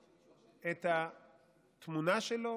אתה תמצא את התמונה שלו